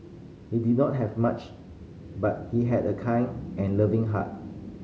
he did not have much but he had a kind and loving heart